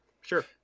sure